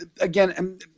again